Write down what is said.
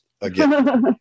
again